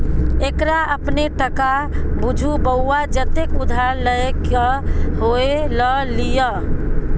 एकरा अपने टका बुझु बौआ जतेक उधार लए क होए ल लिअ